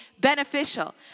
beneficial